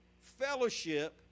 fellowship